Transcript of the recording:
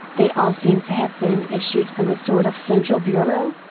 they all seem to have been issued from a sort of central bureau?